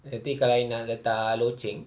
nanti kalau I nak letak loceng